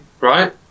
Right